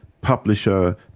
publisher